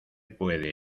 puede